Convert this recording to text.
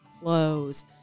clothes